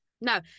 No